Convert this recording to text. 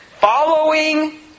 Following